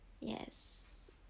Yes